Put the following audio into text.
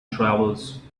travels